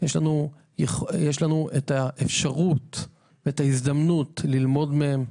יש לנו את האפשרות ואת ההזדמנות ללמוד מהם,